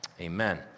amen